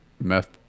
meth